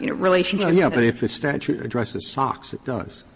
you know relationship yeah but if a statute addresses socks, it does.